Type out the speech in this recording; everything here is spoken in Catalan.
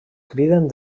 criden